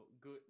good